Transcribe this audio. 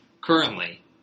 currently